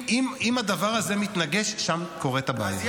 אם הדבר הזה מתנגש, שם קורית הבעיה.